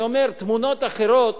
אני אומר: תמונות אחרות